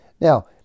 Now